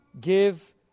give